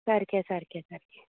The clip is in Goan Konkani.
सारके सारके सारके